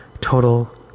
Total